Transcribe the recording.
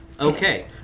Okay